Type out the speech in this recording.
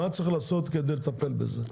מה צריך לעשות כדי לטפל בזה,